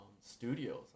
studios